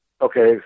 okay